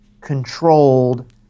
controlled